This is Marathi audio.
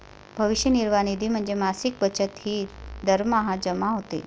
भविष्य निर्वाह निधी म्हणजे मासिक बचत जी दरमहा जमा होते